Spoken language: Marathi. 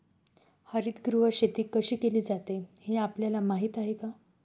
हरितगृह शेती कशी केली जाते हे आपल्याला माहीत आहे का?